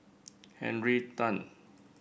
Henry Tan